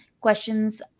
questions